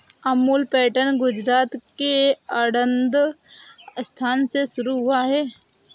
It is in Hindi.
अमूल पैटर्न गुजरात के आणंद स्थान से शुरू हुआ है